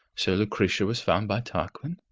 so lucretia was found by tarquin.